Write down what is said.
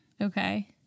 Okay